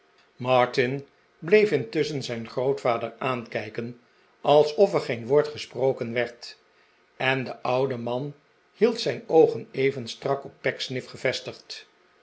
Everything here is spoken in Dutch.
martin bleef intusschen zijn grootvader aankijken alsof er geen woord gesproken werd en de oude man hield zijn oogen even strak op pecksniff gevestigd